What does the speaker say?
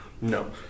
No